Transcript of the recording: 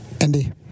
Andy